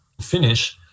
finish